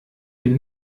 bin